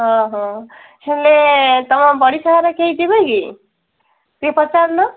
ହେଲେ ତମ ପଡ଼ିଶା ଘର କେହି ଯିବେ କି ଟିକିଏ ପଚାରୁନ